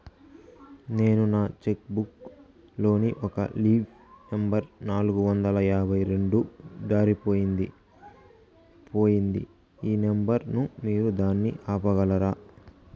నేను నా cheque book లోని ఒక లీఫ్ నెంబర్ నాలుగు వందల యాభై రెండు దారిపొయింది పోయింది ఈ నెంబర్ ను మీరు దాన్ని ఆపగలరా?